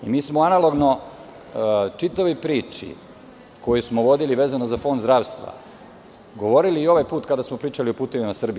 Mi smo analogno čitavoj priči koji smo vodili vezano za fond zdravstva govorili i ovaj put kada smo pričali o "Putevima Srbije"